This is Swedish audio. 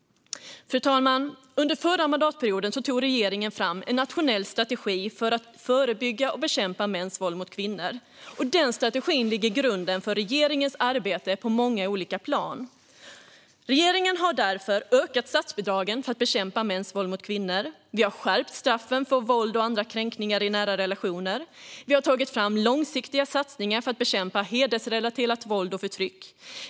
Fru talman! Under förra mandatperioden tog regeringen fram en nationell strategi för att förebygga och bekämpa mäns våld mot kvinnor. Den strategin lägger grunden för regeringens arbete på många olika plan. Regeringen har därför ökat statsbidragen för att bekämpa mäns våld mot kvinnor. Vi har skärpt straffen för våld och andra kränkningar i nära relationer. Vi har tagit fram långsiktiga satsningar för att bekämpa hedersrelaterat våld och förtryck.